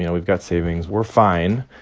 you know we've got savings. we're fine.